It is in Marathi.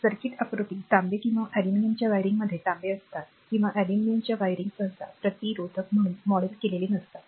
सर्किट आकृती तांबे किंवा अॅल्युमिनियमच्या वायरिंगमध्ये तांबे असतात किंवा अॅल्युमिनियमच्या वायरिंग सहसा प्रतिरोधक म्हणून मॉडेल केलेले नसतात